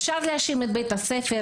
אפשר להאשים את בית הספר,